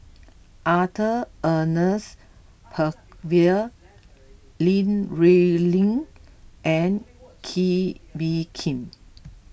Arthur Ernest Percival Li Rulin and Kee Bee Khim